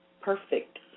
perfect